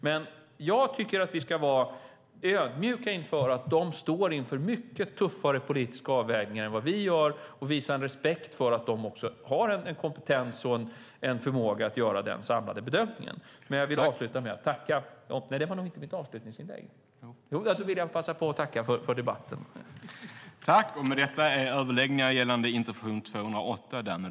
Vi ska dock vara ödmjuka inför att Sydafrika står inför mycket tuffare politiska avvägningar än vad vi gör och visa respekt för att de också har kompetensen och förmågan att göra den samlade bedömningen. Jag avslutar med att tacka för debatten.